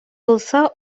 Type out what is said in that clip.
булса